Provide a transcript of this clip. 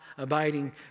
abiding